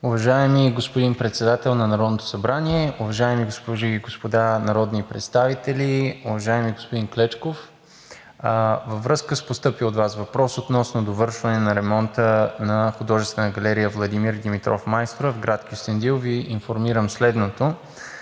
Уважаеми господин председател на Народното събрание, уважаеми госпожи и господа народни представители! Уважаеми господин Клечков, във връзка с постъпилия от Вас въпрос относно довършване на ремонта на Художествена галерия „Владимир Димитров – Майстора“ в град Кюстендил Ви информирам следното: